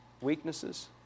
weaknesses